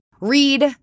read